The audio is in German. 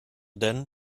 denn